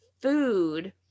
food